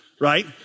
right